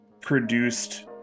produced